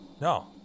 No